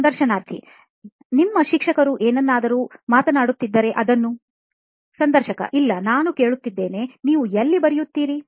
ಸಂದರ್ಶನಾರ್ಥಿ ನಿಮ್ಮ ಶಿಕ್ಷಕರು ಏನನ್ನಾದರೂ ಮಾತನಾಡುತ್ತಿದ್ದರೆ ಅದನ್ನು ಸಂದರ್ಶಕ ಇಲ್ಲ ನಾನು ಕೇಳುತ್ತಿದ್ದೇನೆ ನೀವು ಎಲ್ಲಿ ಬರೆಯುತ್ತೀರಿ